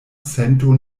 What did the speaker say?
sento